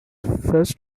first